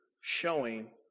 showing